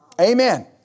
Amen